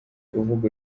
uvuga